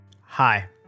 Hi